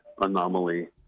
anomaly